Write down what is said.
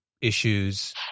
issues